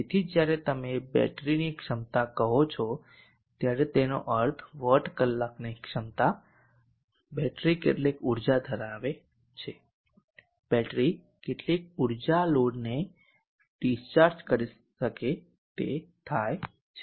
તેથી જ્યારે તમે બેટરીની ક્ષમતા કહો છો ત્યારે તેનો અર્થ વોટકલાકની ક્ષમતા બેટરી કેટલી ઊર્જા ધરાવે છે બેટરી કેટલી ઊર્જા લોડને ડિસ્ચાર્જ કરી શકે તે થાય છે